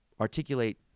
articulate